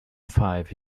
five